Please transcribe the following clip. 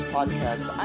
podcast